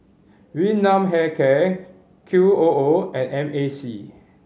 Yun Nam Hair Care Q O O and M A C